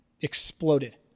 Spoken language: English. exploded